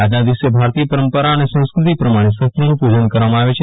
આજના દિવસે ભારતીય પરંપરા અને સંસ્ક્રતિ પ્રમાણે શસ્ત્રોનું પુજન કરવામાં આવે છે